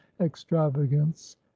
extravagance